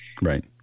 Right